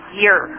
year